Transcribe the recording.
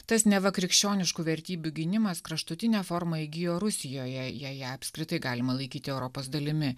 tas neva krikščioniškų vertybių gynimas kraštutinę formą įgijo rusijoje jei ją apskritai galima laikyti europos dalimi